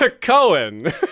Cohen